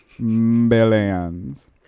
Billions